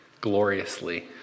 gloriously